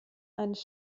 eines